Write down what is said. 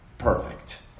perfect